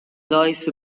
lois